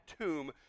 tomb